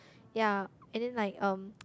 ya and then like um